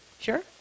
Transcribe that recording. Sure